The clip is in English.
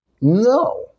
No